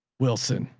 wilson.